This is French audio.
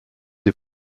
les